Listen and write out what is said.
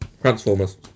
Transformers